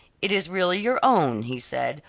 it is really your own he said,